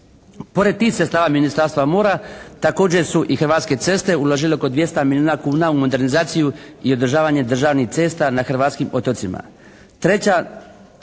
Pored tih sredstava Ministarstva mora također su i Hrvatske ceste uložile oko 200 milijuna kuna u modernizaciju i održavanje državnih cesta na hrvatskim otocima.